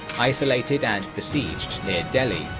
isolated and besieged near delhi,